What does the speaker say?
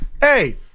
Hey